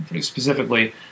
specifically